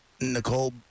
Nicole